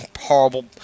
horrible